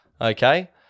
Okay